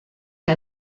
que